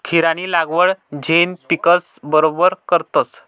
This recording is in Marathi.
खीरानी लागवड झैद पिकस बरोबर करतस